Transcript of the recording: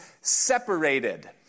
separated